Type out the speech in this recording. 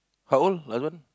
how hold husband